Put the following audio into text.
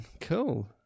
Cool